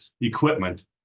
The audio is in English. equipment